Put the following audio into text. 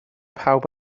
pawb